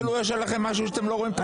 כאילו יש עליכם משהו, אתם לא רואים כאן כלום.